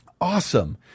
Awesome